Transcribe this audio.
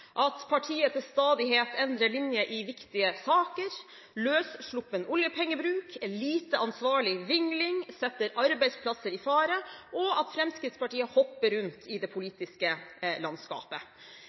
at partiet til stadighet endrer linje i viktige saker, løssluppen oljepengebruk, lite ansvarlig, vingling, setter arbeidsplasser i fare, og at Fremskrittspartiet hopper rundt i det